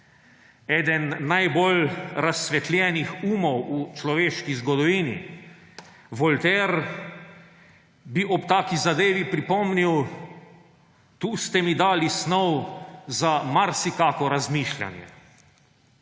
Eden najbolj razsvetljenih umov v človeški zgodovini Voltaire bi ob taki zadevi pripomnil – Tu ste mi dali snov za marsikako razmišljanje.